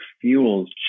fuels